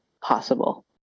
possible